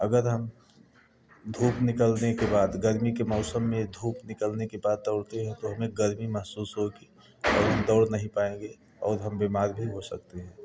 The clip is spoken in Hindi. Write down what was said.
अगर हम धूप निकलने के बाद गर्मी के मौसम में धूप निकलने के बाद दौलते हैं तो हमें गर्मी महसूस होगी दौड़ नहीं पाएगे और हम बीमार भी हो सकते हैं